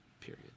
Period